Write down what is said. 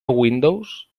windows